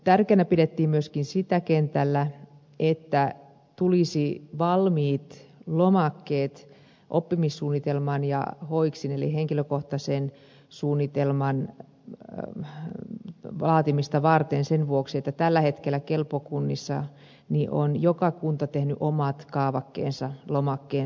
tärkeänä pidettiin kentällä myöskin sitä että tulisi valmiit lomakkeet oppimissuunnitelman ja hojksin eli henkilökohtaisen suunnitelman laatimista varten sen vuoksi että tällä hetkellä kelpo kunnissa on joka kunta tehnyt omat kaavakkeensa lomakkeensa